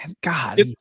God